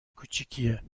کوچیکیه